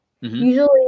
usually